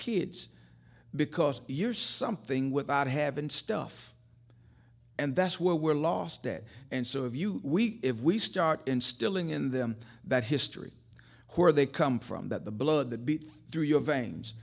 kids because you're something without having stuff and that's where we're lost dead and so if you we if we start instilling in them that history where they come from that the blood that through your veins